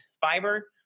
fiber